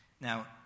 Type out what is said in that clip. Now